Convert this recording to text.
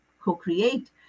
co-create